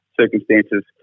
circumstances